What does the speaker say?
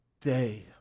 day